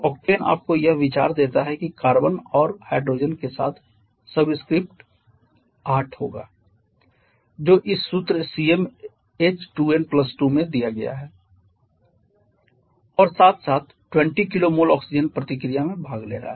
octane आपको यह विचार देता है कि कार्बन और हाइड्रोजन के साथ सबस्क्रिप्ट 8 होगा जो इस सूत्र CmH2n2 में दिया गया है और साथ साथ 20 kmol ऑक्सीजन प्रतिक्रिया में भाग ले रहा है